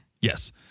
Yes